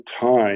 time